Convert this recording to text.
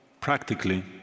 practically